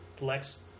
Lex